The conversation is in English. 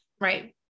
Right